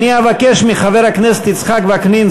אבקש מחבר הכנסת יצחק וקנין,